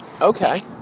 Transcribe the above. Okay